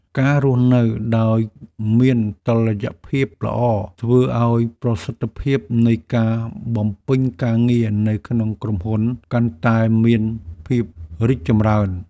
ការរស់នៅដោយមានតុល្យភាពល្អ ធ្វើឱ្យប្រសិទ្ធភាពនៃការបំពេញការងារនៅក្នុងក្រុមហ៊ុនកាន់តែមានភាពរីកចម្រើន។